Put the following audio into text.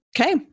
Okay